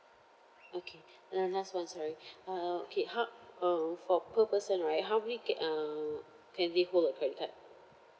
okay uh that's one's right uh okay ho~ uh for per person right how many ca~ uh can they hold a credit card